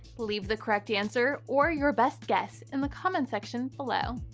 leave the correct answer or your best guess in the comment section below.